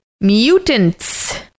mutants